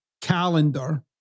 calendar